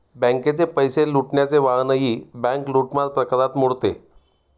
बँकेचे पैसे लुटण्याचे वाहनही बँक लूटमार प्रकारात मोडते